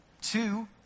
Two